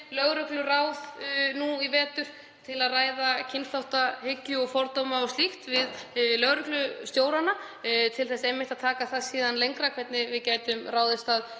lögregluráð nú í vetur til að ræða kynþáttahyggju og fordóma og slíkt við lögreglustjórana til þess einmitt að taka það síðan lengra hvernig við gætum ráðist